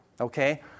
okay